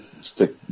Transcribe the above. stick